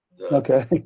Okay